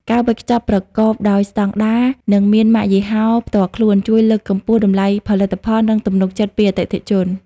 ការវេចខ្ចប់ប្រកបដោយស្ដង់ដារ និងមានម៉ាកយីហោផ្ទាល់ខ្លួន ជួយលើកកម្ពស់តម្លៃផលិតផល និងទំនុកចិត្តពីអតិថិជន។